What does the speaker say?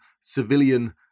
civilian